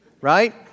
right